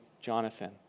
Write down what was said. Jonathan